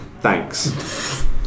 thanks